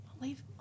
leave